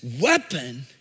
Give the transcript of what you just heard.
weapon